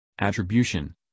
Attribution